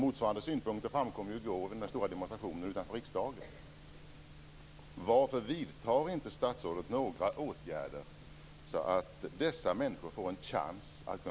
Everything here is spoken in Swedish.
Motsvarande synpunkter framkom vid den stora demonstrationen utanför riksdagen.